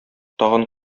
тагын